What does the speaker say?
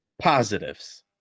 positives